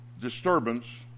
disturbance